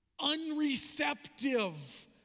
unreceptive